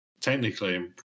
technically